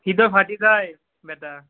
হৃদয় ফাটি যায় বেটা